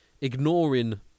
ignoring